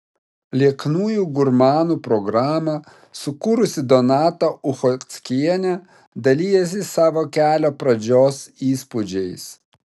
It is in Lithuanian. lieknųjų gurmanų programą sukūrusi donata uchockienė dalijasi savo kelio pradžios įspūdžiais